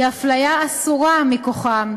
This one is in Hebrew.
שהיא הפליה אסורה מכוחם,